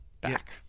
back